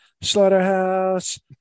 slaughterhouse